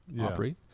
operate